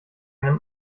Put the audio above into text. einem